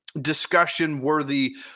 discussion-worthy